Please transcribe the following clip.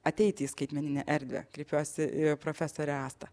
ateiti į skaitmeninę erdvę kreipiuosi į profesorę astą